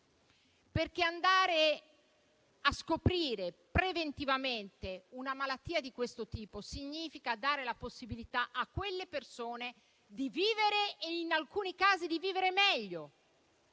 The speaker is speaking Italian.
perché andare a scoprire preventivamente una malattia di questo tipo significa dare la possibilità a quelle persone di vivere e, in alcuni casi, di vivere meglio.